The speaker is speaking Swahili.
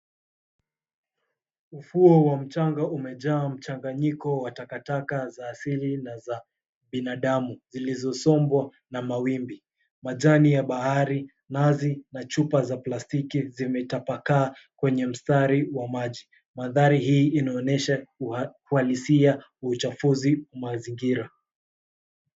Ufuo wa mchanga umejaa mchanganyiko wa takataka za asili na za binadamu zilizosombwa na mawimbi. Majani ya bahari, nazi, na chupa za plastiki zimetapakaa kwenye mstari wa maji. Mandhari hii inaonyesha uhalisia wa uchafuzi mazingira.